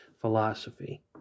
philosophy